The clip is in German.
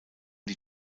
die